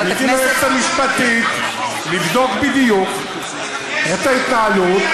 פניתי ליועצת המשפטית לבדוק בדיוק את ההתנהלות,